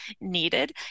needed